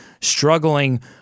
struggling